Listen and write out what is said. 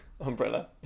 Umbrella